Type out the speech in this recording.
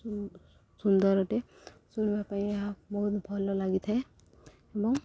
ସୁ ସୁନ୍ଦରଟେ ଶୁଣିବା ପାଇଁ ଏହା ବହୁତ ଭଲ ଲାଗିଥାଏ ଏବଂ